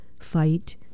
Fight